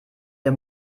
der